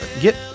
get